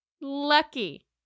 Lucky